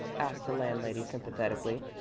asked the landlady, sympathetically.